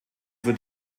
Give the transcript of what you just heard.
für